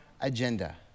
agenda